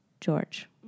George